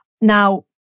Now